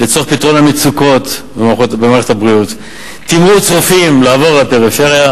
לצורך פתרון המצוקות במערכת הבריאות: תמרוץ רופאים לעבור לפריפריה,